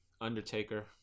Undertaker